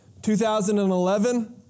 2011